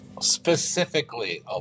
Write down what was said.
specifically